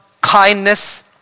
kindness